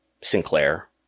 Sinclair